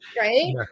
Right